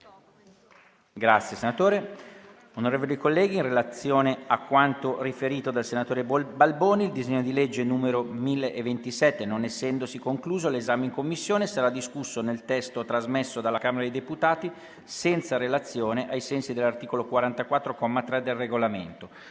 finestra"). Onorevoli colleghi, in relazione a quanto riferito dal senatore Balboni, il disegno di legge n. 1027, non essendosi concluso l'esame in Commissione, sarà discusso nel testo trasmesso dalla Camera dei deputati senza relazione, ai sensi dell'articolo 44, comma 3, del Regolamento.